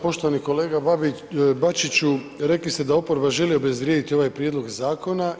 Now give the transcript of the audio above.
Poštovani kolega Bačiću, rekli ste da oporba želi obezvrijediti ovaj prijedlog zakona.